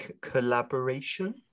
collaboration